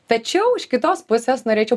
tačiau iš kitos pusės norėčiau